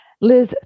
Liz